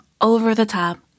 over-the-top